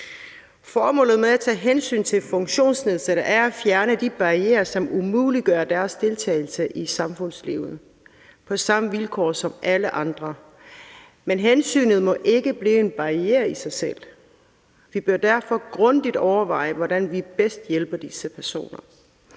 Formålet med at tage hensyn til personer med funktionsnedsættelse er at fjerne de barrierer, som umuliggør deres deltagelse i samfundslivet på samme vilkår som alle andre. Men hensynet må ikke blive en barriere i sig selv. Vi bør derfor grundigt overveje, hvordan vi bedst hjælper disse personer.